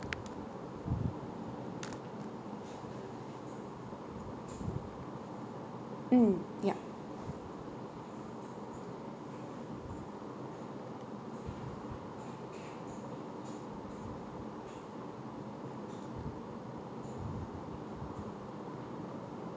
mm yup